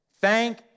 Thank